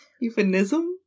euphemism